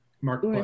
mark